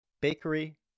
Bakery